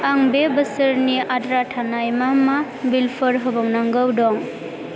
आं बे बोसोरनि आद्रा थानाय मा मा बिलफोर होबावनांगौ दं